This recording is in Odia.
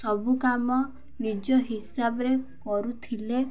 ସବୁ କାମ ନିଜ ହିସାବରେ କରୁଥିଲେ